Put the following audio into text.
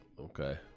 okay